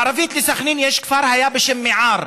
מערבית לסח'נין היה כפר בשם מיעאר,